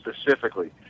specifically